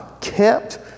kept